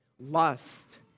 Lust